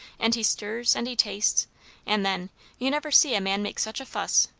and he stirs and he tastes and then you never see a man make such a fuss,